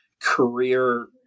career